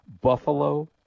buffalo